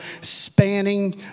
spanning